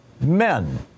men